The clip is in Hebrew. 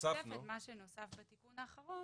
הוספנו בתיקון האחרון,